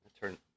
turn